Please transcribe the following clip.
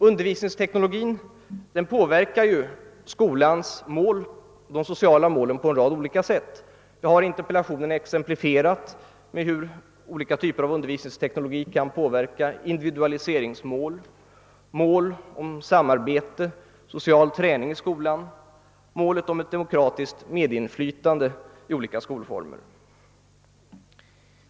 Undervisningsteknologin påverkar ju skolans mål och de sociala målen på en rad olika sätt. Jag har i interpellationen exemplifierat hur olika typer av undervisningsteknologi kan påverka individualiseringsmål, mål om samarbete och social träning i skolan samt mål om ett demokratiskt medinflytande i olika skolformer.